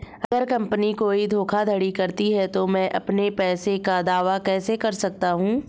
अगर कंपनी कोई धोखाधड़ी करती है तो मैं अपने पैसे का दावा कैसे कर सकता हूं?